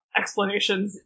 explanations